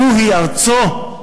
זוהי ארצו,